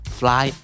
fly